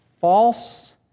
false